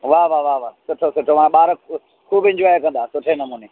वाह वाह वाह वाह सुठो सुठो माना ॿार खूब इंजोय कंदा सुठे नमूने